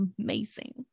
amazing